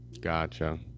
gotcha